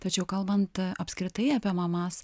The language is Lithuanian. tačiau kalbant apskritai apie mamas